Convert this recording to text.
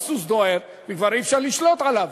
הסוס דוהר וכבר אי-אפשר לשלוט בו,